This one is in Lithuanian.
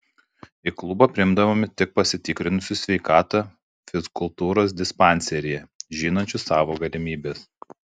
į klubą priimdavome tik pasitikrinusius sveikatą fizkultūros dispanseryje žinančius savo galimybes